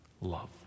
love